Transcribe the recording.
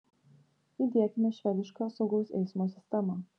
įdiekime švedišką saugaus eismo sistemą